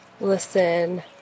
listen